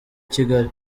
kigali